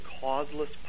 causeless